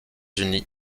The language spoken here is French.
unis